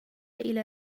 إلى